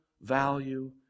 value